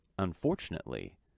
Unfortunately